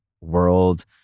world